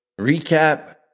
recap